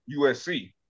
USC